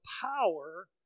power